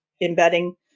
embedding